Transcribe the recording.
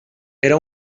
era